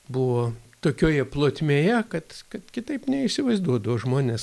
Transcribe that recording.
buvo tokioje plotmėje kad kad kitaip neįsivaizduodavo žmonės